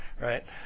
right